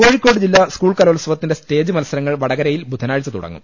കോഴിക്കോട് ജില്ലാ സ്കൂൾ കലോത്സവത്തിന്റെ സ്റ്റേജ് മത്സ രങ്ങൾ വടകരയിൽ ബുധനാഴ്ച തുടങ്ങും